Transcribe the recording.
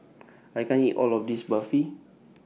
I can't eat All of This Barfi